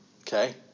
okay